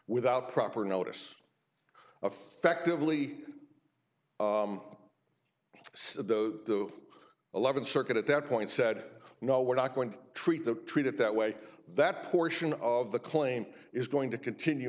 without proper notice affectively the eleventh circuit at that point said no we're not going to treat the treat it that way that portion of the claim is going to continue